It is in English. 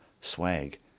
swag